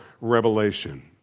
revelation